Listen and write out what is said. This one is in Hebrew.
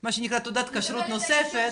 מה שנקרא, תעודת כשרות נוספת.